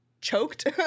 choked